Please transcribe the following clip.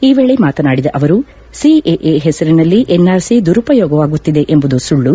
ಈ ವೇಳೆ ಮಾತನಾಡಿದ ಅವರು ಸಿಎಎ ಹೆಸರಿನಲ್ಲಿ ಎನ್ಆರ್ಸಿ ದುರುಪಯೋಗವಾಗುತ್ತಿದೆ ಎಂಬುದು ಸುಳ್ಳು